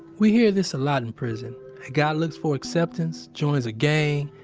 we hear this a lot in prison a guy looks for acceptance, joins a gang,